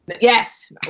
Yes